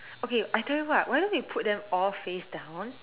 okay I tell you what why don't we put them all face down